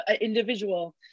individual